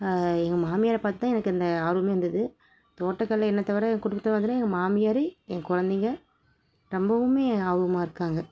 எங்கள் மாமியாரை பார்த்து தான் எனக்கு இந்த ஆர்வமே வந்தது தோட்டக்கலை என்னைத் தவிர என் குடும்பத்தில் பார்த்தன்னா எங்கள் மாமியார் என் கொழந்தைங்க ரொம்பவும் ஆர்வமாக இருக்காங்க